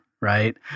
right